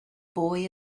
boy